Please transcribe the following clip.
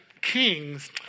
kings